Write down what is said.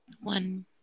One